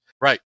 Right